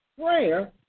Prayer